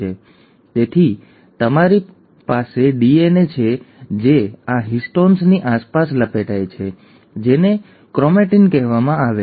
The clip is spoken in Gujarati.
તેથી તમારી પાસે ડીએનએ છે જે આ હિસ્ટોન્સની આસપાસ લપેટાય છે જેને ક્રોમેટીન કહેવામાં આવે છે